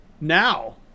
now